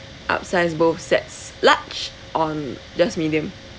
upsize both sets large or just medium